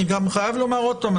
אני גם חייב לומר עוד פעם,